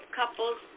couples